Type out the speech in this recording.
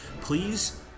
Please